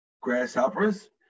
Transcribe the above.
grasshoppers